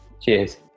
Cheers